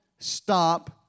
Stop